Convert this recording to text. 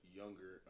younger